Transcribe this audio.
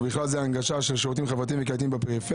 ובכלל זה הנגשה של שירותים חברתיים בפריפריה,